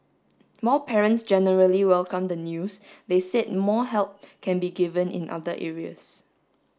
more parents generally welcomed the news they said more help can be given in other areas